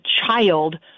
child